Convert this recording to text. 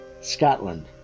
Scotland